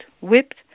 whipped